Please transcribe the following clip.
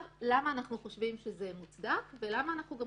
למה אנחנו חושבים שזה מוצדק והוגן?